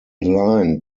line